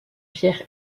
pierre